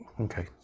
Okay